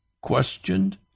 questioned